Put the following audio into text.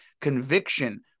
conviction